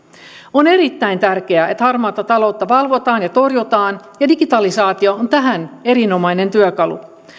on erittäin tärkeää että harmaata taloutta valvotaan ja torjutaan ja digitalisaatio on tähän erinomainen työkalu